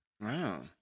Wow